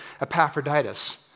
Epaphroditus